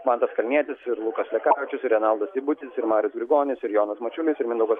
mantas kalnietis ir lukas lekavičius ir renaldas seibutis ir marius grigonis ir jonas mačiulis ir mindaugas